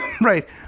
Right